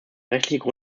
rechtliche